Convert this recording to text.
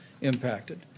impacted